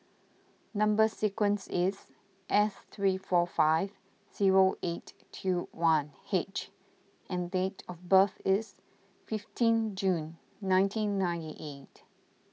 Number Sequence is S three four five zero eight two one H and date of birth is fifteen June nineteen ninety eight